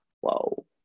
Whoa